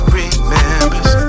remembers